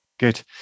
good